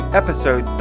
episode